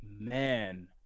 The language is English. Man